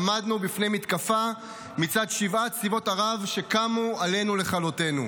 עמדנו בפני מתקפה מצד שבעה צבאות ערב שקמו עלינו לכלותינו.